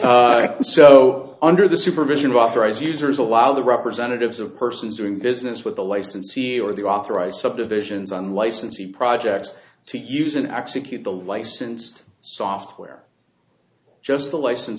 diversify so under the supervision of authorized users allow the representatives of persons doing business with the licensee or the authorized subdivisions on licensee projects to use an x acute the licensed software just the license